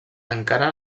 encara